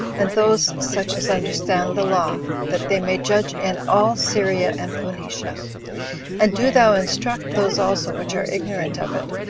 and those such as understand the law, that they may judge in all syria and phoenicia and do thou instruct those also which are ignorant of it,